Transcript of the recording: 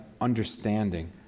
understanding